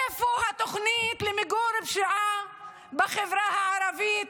איפה התוכנית למיגור הפשיעה בחברה הערבית